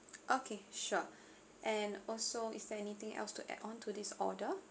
okay sure and also is there anything else to add on to this order